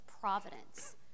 providence